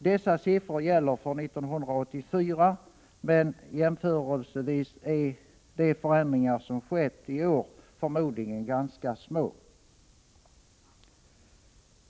Dessa siffror gäller för 1984, men jämförelsevis är de förändringar som skett i år förmodligen ganska små.